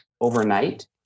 overnight